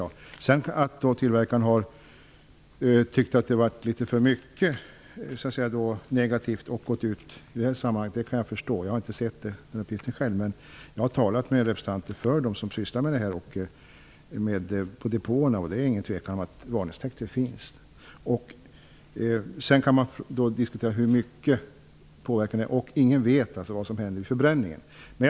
Att sedan tillverkaren har tyckt att signalerna har blivit litet för negativa och gått ut med ett besked i det här sammanhanget kan jag förstå. Jag har inte sett den uppgiften själv. Jag har talat med representanter som arbetar med sådana här ämnen på depåer. Det är inget tvivel om att det finns varningstexter. Man kan naturligtvis diskutera hur stor påverkan är. Ingen vet vad som händer vid förbränningen.